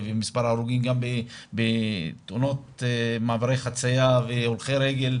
מספר ההרוגים בתאונות מעברי חציה והולכי רגל,